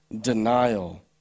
denial